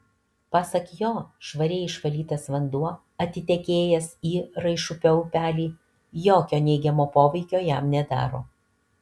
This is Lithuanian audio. pasak jo švariai išvalytas vanduo atitekėjęs į raišupio upelį jokio neigiamo poveikio jam nedaro